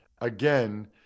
again